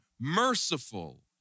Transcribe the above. merciful